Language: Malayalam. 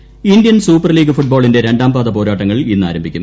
എൽ ഇന്ത്യൻ സൂപ്പർലീഗ് ഫുട്ബോളിന്റെ രണ്ടാം പാദ പോരാട്ടങ്ങൾ ഇന്ന് ആരംഭിക്കും